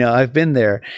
yeah i've been there.